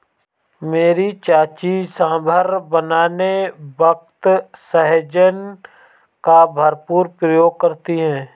मेरी चाची सांभर बनाने वक्त सहजन का भरपूर प्रयोग करती है